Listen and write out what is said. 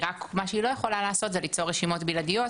מה שהיא לא יכולה לעשות זה ליצור רשימות בלעדיות,